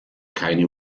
keine